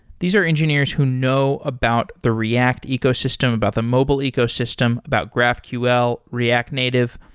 these are engineers who know about the react ecosystem, about the mobile ecosystem, about graphql, react native.